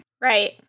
Right